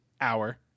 hour